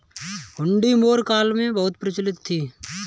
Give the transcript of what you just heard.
हुंडी मौर्य काल में बहुत प्रचलित थी